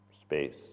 space